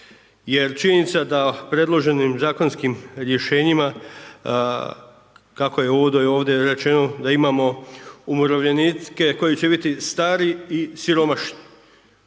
jer činjenica da predloženim zakonskim rješenjima kako je uvodno i ovdje rečeno, da imamo umirovljenike koji će biti stari i siromašni.